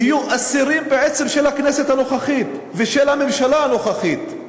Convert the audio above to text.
יהיו בעצם אסירים של הכנסת הנוכחית ושל הממשלה הנוכחית,